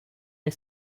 est